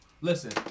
Listen